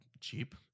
cheap